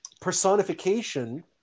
personification